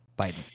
Biden